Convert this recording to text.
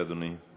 בבקשה, אדוני.